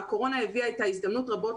הקורונה הביאה איתה הזדמנויות רבות